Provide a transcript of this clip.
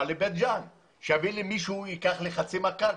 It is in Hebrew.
לבית-ג'ן שמישהו יבוא וייקח לי חצי מהקרקע.